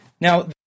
Now